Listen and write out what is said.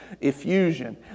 effusion